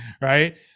right